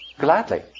Gladly